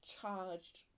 charged